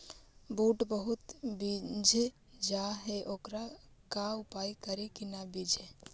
बुट बहुत बिजझ जा हे ओकर का उपाय करियै कि न बिजझे?